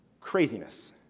Craziness